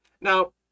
now